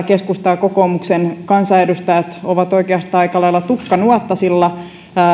keskustan ja kokoomuksen kansanedustajat ovat oikeastaan aika lailla tukkanuottasilla